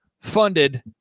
funded